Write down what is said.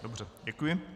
Dobře, děkuji.